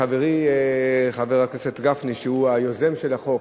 חברי חבר הכנסת גפני הוא היוזם של החוק,